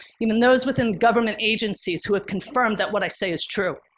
even those within government agencies who have confirmed that what i say is true.